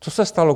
Co se stalo?